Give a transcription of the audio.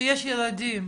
כשיש ילדים,